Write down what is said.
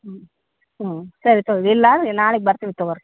ಹ್ಞೂ ಹ್ಞೂ ಸರಿ ತಗೋ ಇಲ್ಲ ನಾಳೆಗೆ ಬರ್ತೀವಿ ತಗೊಳ್ರಿ